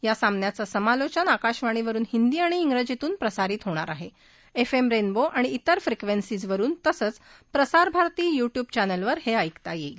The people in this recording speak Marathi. या सामन्याचं समालोचन आकाशवाणीवरुन हिंदी आणि इंग्रजीतून प्रसारित होणार आह एफएम रक्तिो आणि इतर फ्रिक्वस्त्रीजवरुन तसंच प्रसारभारती यूटयूब चॅनलवर ह स्क्रिता यईल